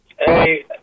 hey